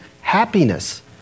happiness